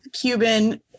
Cuban